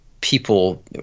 people